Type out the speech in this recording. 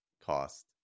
cost